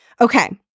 Okay